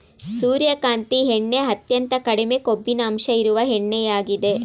ಸೂರ್ಯಕಾಂತಿ ಎಣ್ಣೆ ಅತ್ಯಂತ ಕಡಿಮೆ ಕೊಬ್ಬಿನಂಶ ಇರುವ ಎಣ್ಣೆಯಾಗಿದೆ